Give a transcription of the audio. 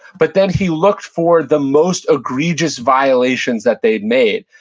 but then he looked for the most egregious violations that they'd made,